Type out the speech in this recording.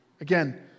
again